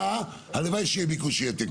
הלוואי שיהיה ביקוש יתר.